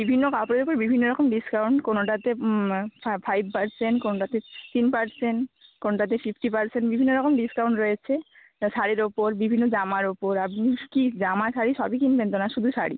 বিভিন্ন কাপড়ের ওপর বিভিন্ন রকম ডিসকাউন্ট কোনোটাতে ফাইভ পার্সেন্ট কোনোটাতে ফিফটিন পার্সেন্ট কোনোটাতে ফিফটি পার্সেন্ট বিভিন্ন রকম ডিসকাউন্ট রয়েছে শাড়ির ওপর বিভিন্ন জামার ওপর আপনি কি জামা শাড়ি সবই কিনবেন তো না শুধু শাড়ি